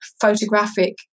photographic